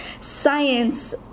science